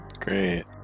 Great